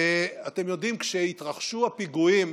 אתם יודעים, כשהתרחשו הפיגועים